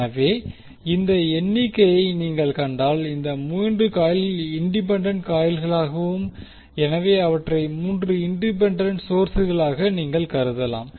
எனவே இந்த எண்ணிக்கையை நீங்கள் கண்டால் இந்த 3 காயில்கள் இண்டிபெண்டண்ட் காயில்களாகும் எனவே அவற்றை 3 இண்டிபெண்டண்ட் சோர்ஸ்களாக நீங்கள் கருதலாம்